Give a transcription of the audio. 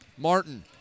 Martin